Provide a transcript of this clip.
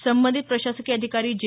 संबंधित प्रशासकीय अधिकारी जे